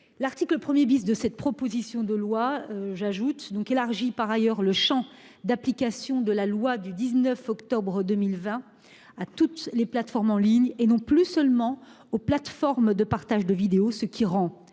L'article 1 de cette proposition de loi élargit par ailleurs le champ d'application de cette loi à toutes les plateformes en ligne, et non plus seulement aux plateformes de partage de vidéos, ce qui rendra